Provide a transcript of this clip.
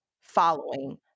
following